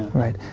right?